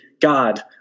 God